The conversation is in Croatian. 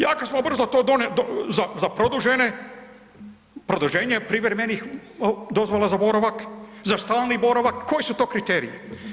Jako smo brzo to, za, za produžene, produženje privremenih dozvola za boravak, za stalni boravak, koji su to kriteriji?